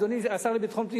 אדוני השר לביטחון פנים,